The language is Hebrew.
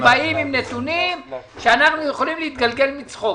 אתם באים עם נתונים שאנחנו יכולים להתגלגל מצחוק,